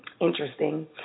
Interesting